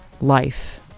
life